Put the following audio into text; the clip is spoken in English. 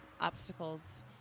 obstacles